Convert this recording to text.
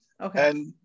Okay